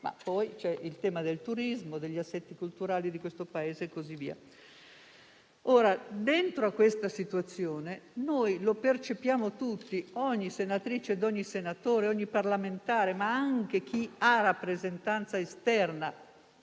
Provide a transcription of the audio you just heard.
ci sono i temi del turismo e degli aspetti culturali di questo Paese. Dentro questa situazione percepiamo tutti - ogni senatrice, ogni senatore, ogni parlamentare, ma anche chi ha rappresentanza esterna